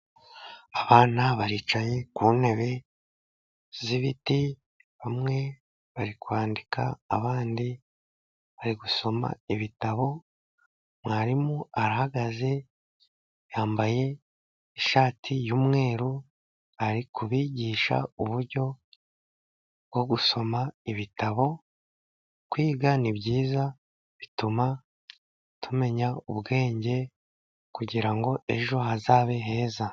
Abana baricaye ku ntebe z'ibiti, bamwe bari kwandika abandi bari gusoma ibitabo, mwarimu arahagaze yambaye ishati y'umweru ari kubigisha uburyo bwo gusoma ibitabo. Kwiga nibyiza bituma tumenya ubwenge kugirango ejo hazabe heza.